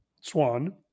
Swan